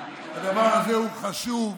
הדבר הזה הוא חשוב,